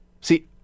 See